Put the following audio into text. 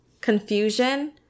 confusion